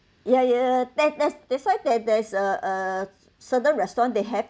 ya ya ya that that's that's why there there's a certain restaurant they have